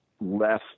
less